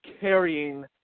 carrying –